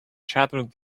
chattered